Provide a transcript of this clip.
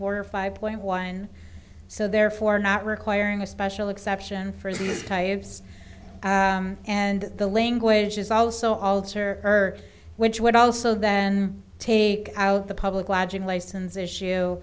board or five point one so therefore not requiring a special exception for these types and the language is also alter her which would also then take out the public lodging license issue